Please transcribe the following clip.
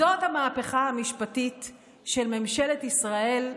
זאת המהפכה המשפטית של ממשלת ישראל,